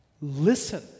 Listen